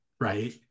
right